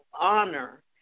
honor